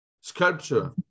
Sculpture